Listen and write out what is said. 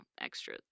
extra